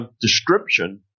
description